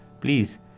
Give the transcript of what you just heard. please